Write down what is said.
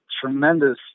tremendous